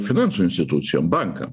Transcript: finansų institucijom bankam